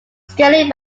scarcely